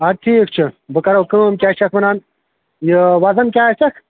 اَدٕ ٹھیٖک چھُ بہٕ کَرو کٲم کیٛاہ چھِ اَتھ وَنان یہِ وَزَن کیٛاہ آسٮ۪کھ